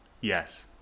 Yes